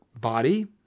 body